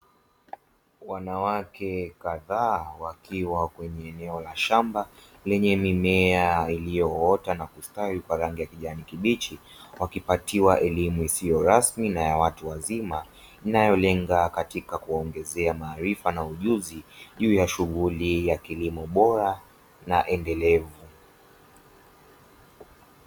Wanawake kadhaa wakiwa kwenye eneo la shamba lenye mimea iliyoota na kustawi kwa rangi ya kijani kibichi, wakipatiwa elimu isiyo rasmi na ya watu wazima, inayolenga kuwaongezea maarifa na ujuzi, juu ya shughuli ya kilimo bora na endelevu.